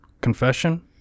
Confession